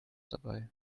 dabei